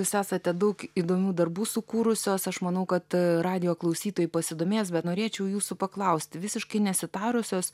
jūs esate daug įdomių darbų sukūrusios aš manau kad radijo klausytojai pasidomės bet norėčiau jūsų paklausti visiškai nesitarusios